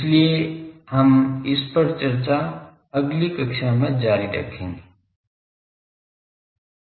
इसलिए हम इस चर्चा को अगली कक्षा में जारी रखेंगे